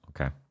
Okay